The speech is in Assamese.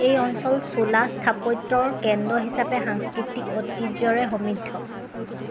এই অঞ্চল চ'লা স্থাপত্যৰ কেন্দ্ৰ হিচাপে সাংস্কৃতিক ঐতিহ্যৰে সমৃদ্ধ